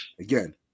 Again